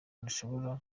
ntashobora